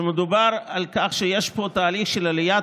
שמדובר על כך שיש פה תהליך של עליית